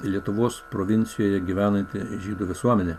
lietuvos provincijoje gyvenanti žydų visuomenė